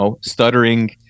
stuttering